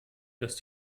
dass